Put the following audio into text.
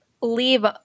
leave